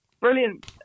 brilliant